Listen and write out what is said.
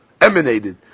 emanated